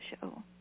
show